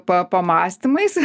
pa pamąstymais